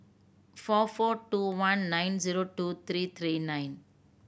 four four two one nine zero two three three nine